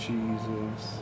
Jesus